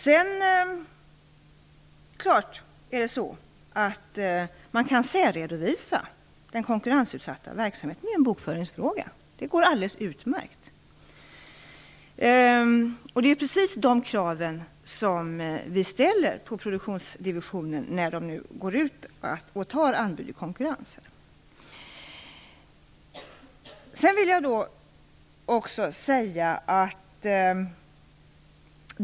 Det är klart att det går alldeles utmärkt att särredovisa den konkurrensutsatta verksamheten. Det är en bokföringsfråga. Det är precis de krav som vi ställer på produktionsdivisionen som nu tar in anbud i konkurrens.